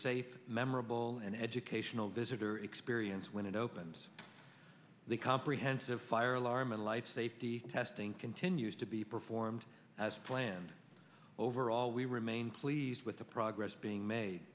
safe memorable and educational visitor experience when it opens the comprehensive fire alarm and light safety testing continues to be performed as planned overall we remain pleased with the progress being made